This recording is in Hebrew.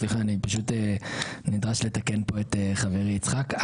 סליחה, אני פשוט נדרש לתקן פה את חברי, יצחק.